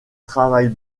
travaille